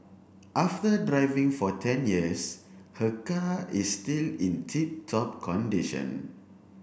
after driving for ten years her car is still in tip top condition